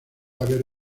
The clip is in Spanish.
haber